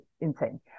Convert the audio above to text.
insane